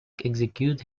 execute